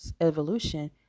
evolution